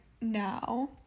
Now